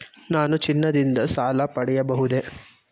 ನಾನು ಚಿನ್ನದಿಂದ ಸಾಲ ಪಡೆಯಬಹುದೇ?